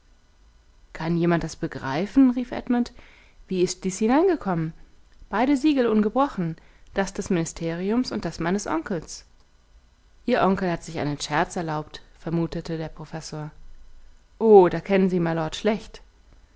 kann jemand das begreifen rief edmund wie ist dies hineingekommen beide siegel ungebrochen das des ministeriums und das meines onkels ihr onkel hat sich einen scherz erlaubt vermutete der professor o da kennen sie mylord schlecht